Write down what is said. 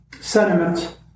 sentiment